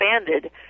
expanded